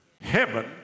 heaven